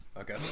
okay